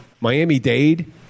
Miami-Dade